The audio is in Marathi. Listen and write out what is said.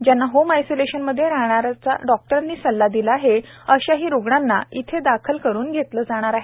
ज्यांना होम आयसोलेशन मधे रहाण्याचा डॉक्टरांनी सल्ला दिला आहे अशाही रूग्णांना येथे दाखल करुन घेतले जाईल